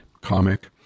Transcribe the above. comic